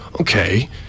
okay